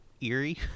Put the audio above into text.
eerie